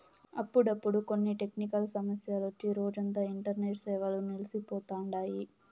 అప్పుడప్పుడు కొన్ని టెక్నికల్ సమస్యలొచ్చి రోజంతా ఇంటర్నెట్ సేవలు నిల్సి పోతండాయి